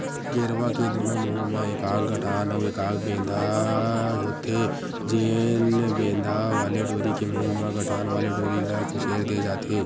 गेरवा के दूनों मुहूँ म एकाक गठान अउ एकाक बेंधा होथे, जेन बेंधा वाले डोरी के मुहूँ म गठान वाले डोरी ल खुसेर दे जाथे